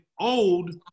old